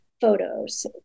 photos